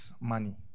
money